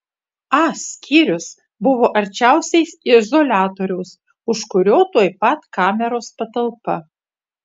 a skyrius buvo arčiausiai izoliatoriaus už kurio tuoj pat kameros patalpa